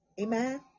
Amen